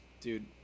Dude